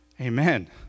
Amen